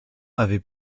avait